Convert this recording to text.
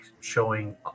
showing